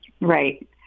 Right